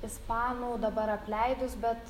ispanų dabar apleidus bet